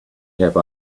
have